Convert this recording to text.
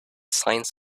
signs